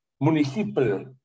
municipal